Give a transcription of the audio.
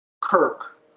Kirk